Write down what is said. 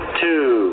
two